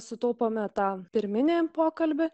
sutaupome tą pirminį pokalbį